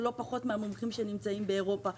לא פחות מהמומחים שנמצאים באירופה,